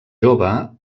jove